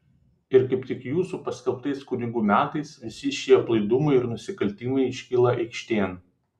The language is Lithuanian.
ir kaip tik jūsų paskelbtais kunigų metais visi šie aplaidumai ir nusikaltimai iškyla aikštėn